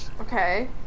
Okay